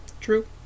True